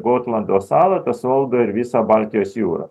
gotlando salą tas valdo ir visą baltijos jūrą